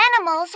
animals